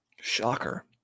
Shocker